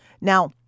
Now